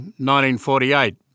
1948